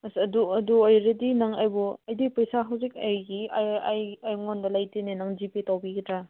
ꯑꯁ ꯑꯗꯨ ꯑꯗꯨ ꯑꯣꯏꯔꯗꯤ ꯅꯪ ꯑꯩꯕꯨ ꯑꯩꯗꯤ ꯄꯩꯁꯥ ꯍꯧꯖꯤꯛ ꯑꯩꯒꯤ ꯑꯩ ꯑꯩꯉꯣꯟꯗ ꯂꯩꯇꯦꯅꯦ ꯅꯪ ꯖꯤ ꯄꯦ ꯇꯧꯕꯤꯒꯗ꯭ꯔꯥ